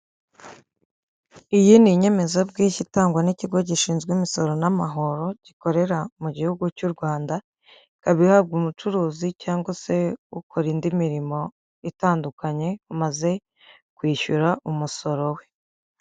Iyi ni inyemezabwishyu itangwa n'ikigo gishinzwe imisoro n'amahoro gikorera mu gihugu cy'u Rwanda ikabi ihabwa umucuruzi cyangwa se ukora indi mirimo itandukanye amaze kwishyura umusoro we.